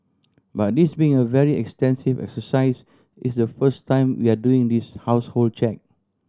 but this being a very extensive exercise it's the first time we are doing this household check